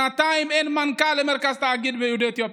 שנתיים אין מנכ"ל למרכז תאגיד יהודי אתיופיה.